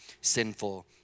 sinful